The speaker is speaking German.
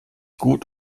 gut